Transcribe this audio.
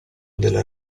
della